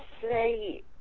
say